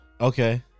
Okay